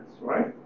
right